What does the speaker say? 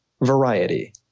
variety